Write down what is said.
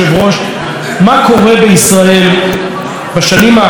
מה קורה בישראל בשנים האחרונות,